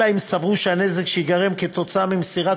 אלא אם סברו שהנזק שייגרם בעקבות מסירת